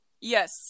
Yes